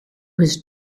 was